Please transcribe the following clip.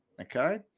okay